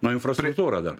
nu infrastruktūra dar